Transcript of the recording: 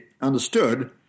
understood